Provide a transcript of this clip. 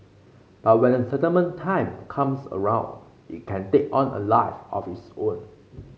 but when the settlement time comes around it can take on a life of its own